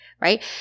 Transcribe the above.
Right